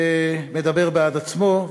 מדבר בעד עצמו.